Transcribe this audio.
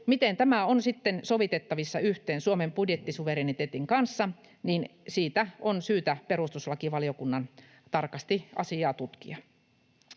Miten tämä on sitten sovitettavissa yhteen Suomen budjettisuvereniteetin kanssa, sitä asiaa on syytä perustuslakivaliokunnan tarkasti tutkia.